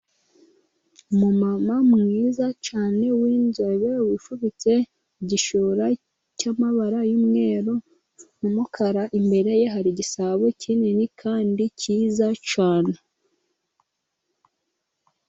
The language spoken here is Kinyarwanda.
Umumama mwiza cyane w'inzobe wifubitse igishura cy'amabara y'umweru n'umukara, imbere ye hari igisabo kinini kandi cyiza cyane.